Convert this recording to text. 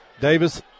Davis